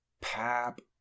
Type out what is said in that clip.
pap-